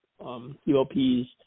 ULPs